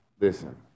Listen